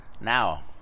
now